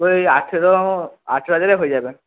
ওই আঠেরো আঠেরো হাজারে হয়ে যাবে